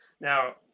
Now